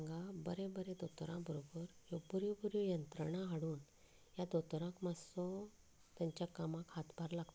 हांगा बरे बरे दोतोरां बरोबर ह्यो बऱ्यो बऱ्यो यंत्रणा हाडून ह्या दोतोरांक मातसो तांच्या कामाक हातभार